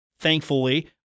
Thankfully